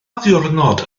ddiwrnod